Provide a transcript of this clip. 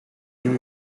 lives